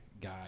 guy